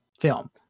film